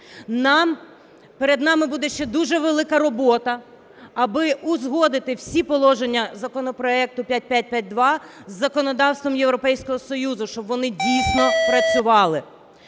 Перед нами буде ще дуже велика робота, аби узгодити всі положення законопроекту 5552 із законодавством Європейського Союзу, щоб вони дійсно працювали.